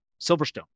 Silverstone